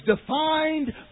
defined